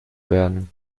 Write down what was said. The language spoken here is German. werden